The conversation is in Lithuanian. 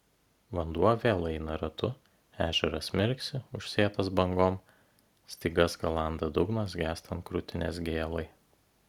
vanduo vėl eina ratu ežeras mirksi užsėtas bangom stygas galanda dugnas gęstant krūtinės gėlai